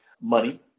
money